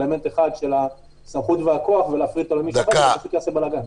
אלמנט אחד של הסמכות והכוח ולהפריד אותו --- זה פשוט יעשה בלגן.